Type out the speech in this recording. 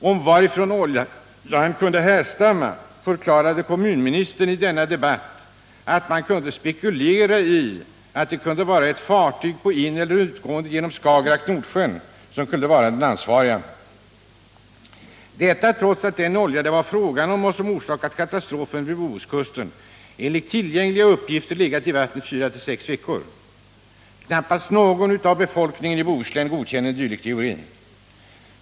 Om varifrån oljan kunde härstamma förklarade kommunministern i denna debatt att man kunde spekulera i att ett fartyg på ineller utgående genom Skagerack-Nordsjön skulle vara den ansvariga, detta trots att den olja det var fråga om och som orsakat katastrofen vid Bohuskusten enligt tillgängliga uppgifter legat i vattnet 4-6 veckor. Knappast någon bland kustbefolkningen godkänner en dylik teori.